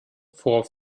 vor